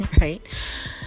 right